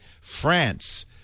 France